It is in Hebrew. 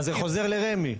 אז זה חוזר לרמ"י.